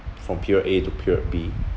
from period A to period B